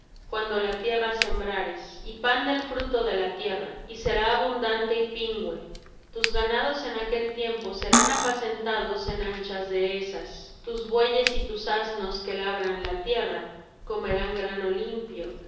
cuando la tierra sembrares y pan del fruto de la tierra y será abundante y pingüe tus ganados en aquel tiempo serán apacentados en anchas dehesas tus bueyes y tus asnos que labran la tierra comerán grano limpio el